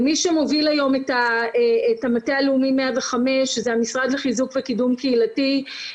מי שמוביל היום את המטה הלאומי 105 זה המשרד לחיזוק וקידום קהילתי,